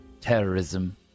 terrorism